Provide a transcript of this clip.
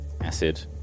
Acid